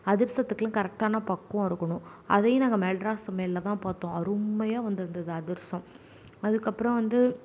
அதிரசத்துக்குலாம் கரெக்டான பக்குவம் இருக்கணும் அதையும் நாங்கள் மெட்ராஸ் சமையல்ளதான் பார்த்தோம் அருமையாக வந்திருந்தது அதிரசோம் அதுக்கு அப்புறோம் வந்து